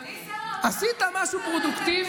אדוני שר האוצר, אולי תדבר על הכלכלה?